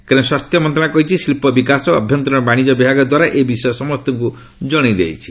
କେନ୍ଦ୍ର ସ୍ୱାସ୍ଥ୍ୟ ମନ୍ତ୍ରଣାଳୟ କହିଛି ଶିଳ୍ପ ବିକାଶ ଓ ଆଭ୍ୟନ୍ତର ବାଣିଜ୍ୟ ବିଭାଗ ଦ୍ୱାରା ଏ ବିଷୟ ସମସ୍ତଙ୍କୁ ଜଣାଇ ଦିଆଯାଇଛି